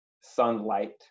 sunlight